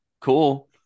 cool